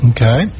Okay